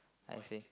I see